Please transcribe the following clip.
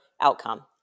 outcome